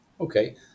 Okay